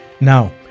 Now